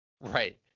Right